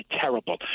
terrible